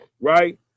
right